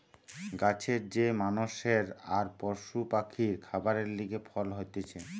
গাছের যে মানষের আর পশু পাখির খাবারের লিগে ফল হতিছে